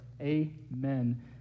amen